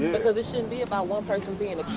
because this shouldn't be about one person being